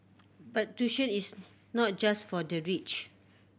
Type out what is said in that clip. but tuition is not just for the rich